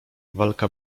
walka